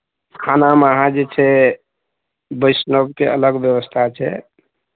खानामे अहाँ जे छै वैष्णवके अलग व्यवस्था छै